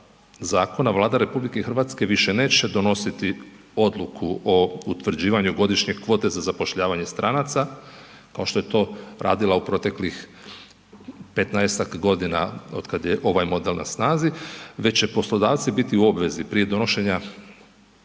zakona Vlada RH više neće donositi odluku o utvrđivanju godišnje kvote za zapošljavanje stranaca, kao što je to radila u proteklih 15-tak godina od kad je ovaj model na snazi, već će poslodavci biti u obvezi prije donošenja,